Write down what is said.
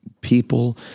people